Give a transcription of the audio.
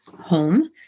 home